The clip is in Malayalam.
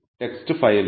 ടെക്സ്റ്റ് ഫയലിൽ